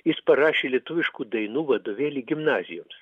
jis parašė lietuviškų dainų vadovėlį gimnazijoms